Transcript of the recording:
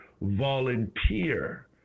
volunteer